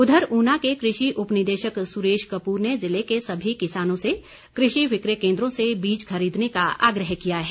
उधर ऊना के कृषि उपनिदेशक सुरेश कपूर ने जिले के सभी किसानों कृषि विक्रय केंद्रों से बीज खरीदने का आग्रह किया है